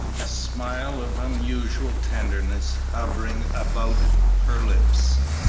a smile of unusual tenderness hovering about her lips,